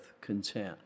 content